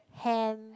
hand